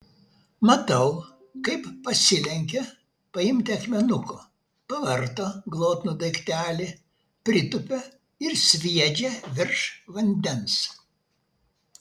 matau kaip pasilenkia paimti akmenuko pavarto glotnų daiktelį pritūpia ir sviedžia virš vandens